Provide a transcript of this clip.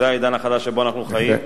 זה העידן החדש שבו אנחנו חיים.